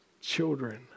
children